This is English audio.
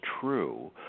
true